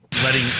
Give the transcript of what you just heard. Letting